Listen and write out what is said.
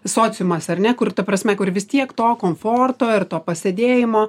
sociumas ar ne kur ta prasme kur vis tiek to komforto ir to pasėdėjimo